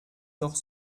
doch